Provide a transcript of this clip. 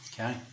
Okay